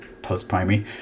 post-primary